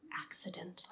accidentally